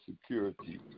security